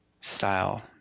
style